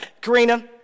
karina